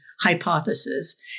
hypothesis